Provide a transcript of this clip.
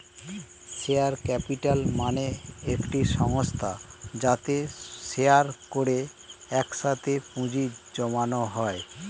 share capital মানে একটি সংস্থা যাতে শেয়ার করে একসাথে পুঁজি জমানো হয়